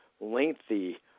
lengthy